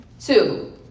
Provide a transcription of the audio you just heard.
Two